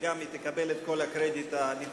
והיא גם תקבל את כל הקרדיט הנדרש.